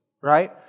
right